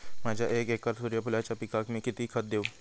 माझ्या एक एकर सूर्यफुलाच्या पिकाक मी किती खत देवू?